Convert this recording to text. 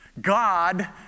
God